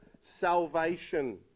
salvation